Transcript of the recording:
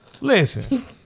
Listen